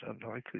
unlikely